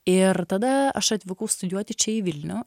ir tada aš atvykau studijuoti čia į vilnių